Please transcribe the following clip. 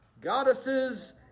goddesses